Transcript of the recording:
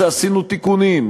טוב עשינו שעשינו תיקונים,